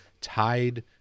tied